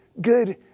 good